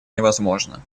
невозможно